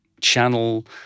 channel